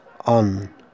on